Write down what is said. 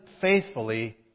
faithfully